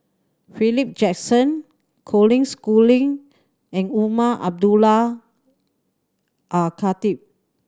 Philip Jackson Colin Schooling and Umar Abdullah Al Khatib